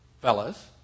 fellas